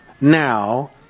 now